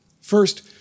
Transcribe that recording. First